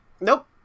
Nope